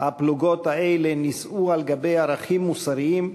הפלוגות האלה נישאו על גבי ערכים מוסריים,